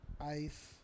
ice